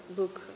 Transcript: book